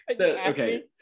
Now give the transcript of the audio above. okay